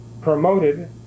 promoted